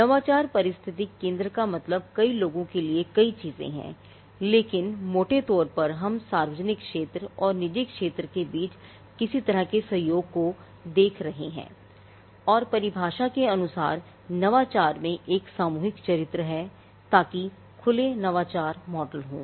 नवाचार पारिस्थितिकी तंत्र का मतलब कई लोगों के लिए कई चीजें हैं लेकिन मोटे तौर पर हम सार्वजनिक क्षेत्र और निजी क्षेत्र के बीच किसी तरह के सहयोग को देख रहे हैं और परिभाषा के अनुसार नवाचार में एक सामूहिक चरित्र है ताकि खुले नवाचार मॉडल हों